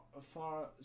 far